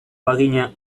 bagina